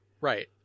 Right